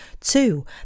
Two